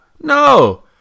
No